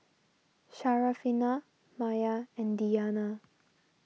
Syarafina Maya and Diyana